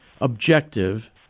objective